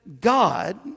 God